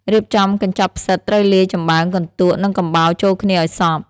រៀបចំកញ្ចប់ផ្សិតត្រូវលាយចម្បើង កន្ទក់ និងកំបោរចូលគ្នាឲ្យសព្វ។